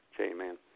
Amen